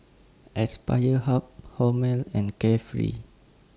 Aspire Hub Hormel and Carefree